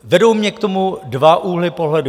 Vedou mě k tomu dva úhly pohledu.